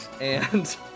And-